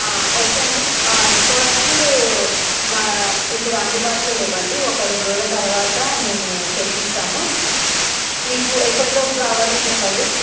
okay అండి records మా ఇప్పుడు అందుబాటులో లేవండి ఒక రెండు రోజుల తర్వాత మేము తెప్పిస్తాము మీకు ఎప్పటి లోపు కావాలో చెప్పండి